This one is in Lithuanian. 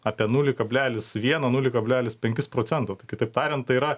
apie nulį kablelis vieną nulį kablelis penkis procento tai kitaip tariant tai yra